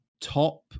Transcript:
top